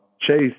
Chase –